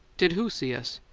did who see us?